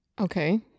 okay